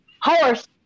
horse